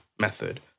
method